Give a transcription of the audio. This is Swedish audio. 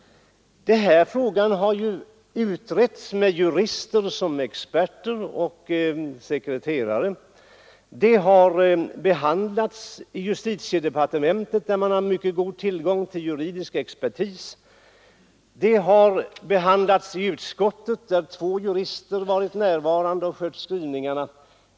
Den här frågan har ju utretts med jurister som experter och sekreterare. Den har behandlats i justitiedepartementet, där man har mycket god tillgång till juridisk expertis. Den har behandlats i utskottet, där två jurister varit närvarande och skött skrivningarna.